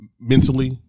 Mentally